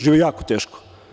Žive jako teško.